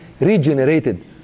regenerated